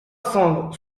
cent